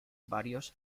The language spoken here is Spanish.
varios